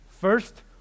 first